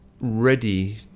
ready